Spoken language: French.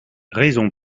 raison